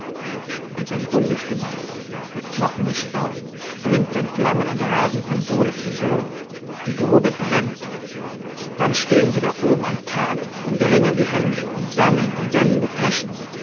und sein bundesgenoß der trockene staub bringt sein flammen und rasen von sohle zu sohle die grube brennt dann stehen sie da oben am tage und ringen die hände und sammeln und senden